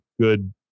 good